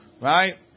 Right